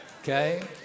okay